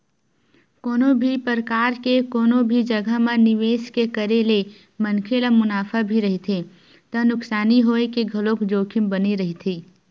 कोनो भी परकार के कोनो भी जघा म निवेस के करे ले मनखे ल मुनाफा भी रहिथे त नुकसानी होय के घलोक जोखिम बने रहिथे